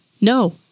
No